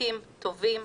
חוקים טובים,